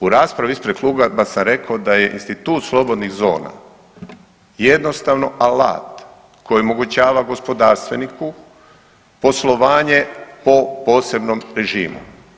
U raspravi ispred kluba sam rekao da je institut slobodnih zona jednostavno alat koji omogućava gospodarstveniku poslovanje po posebnom režimu.